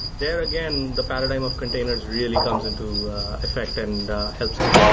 there again, the paradigm of containers really comes into effect and help some